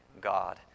God